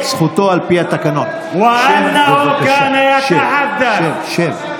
מצביע נגד חוק השפה